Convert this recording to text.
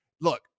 look